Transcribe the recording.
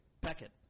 Beckett